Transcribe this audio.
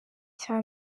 cya